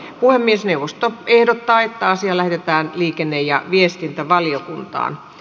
puhemiesneuvosto ehdottaa että asia lähetetään liikenne ja viestintävaliokuntaan